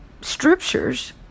scriptures